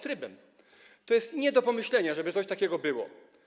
To jest nie do pomyślenia, żeby coś takiego było.